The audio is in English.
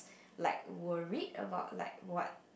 like worried about like what